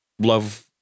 Love